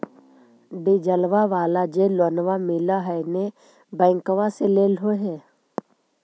डिजलवा वाला जे लोनवा मिल है नै बैंकवा से लेलहो हे?